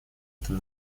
этом